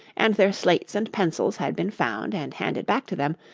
and their slates and pencils had been found and handed back to them,